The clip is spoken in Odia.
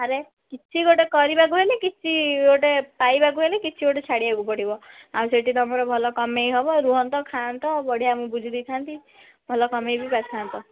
ଆରେ କିଛି ଗୋଟେ କରିବାକୁ ହେଲେ କିଛି ଗୋଟେ ପାଇବାକୁ ହେଲେ କିଛି ଗୋଟେ ଛାଡ଼ିବାକୁ ପଡ଼ିବ ଆଉ ସେଠି ତୁମର ଭଲ କମେଇ ହେବ ରୁହଁନ୍ତ ଖାଆନ୍ତ ବଢ଼ିଆ ମୁଁ ବୁଝିଦେଇଥାନ୍ତି ଭଲ କମେଇ ବି ପାରିଥାନ୍ତ